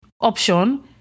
option